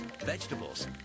vegetables